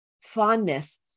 fondness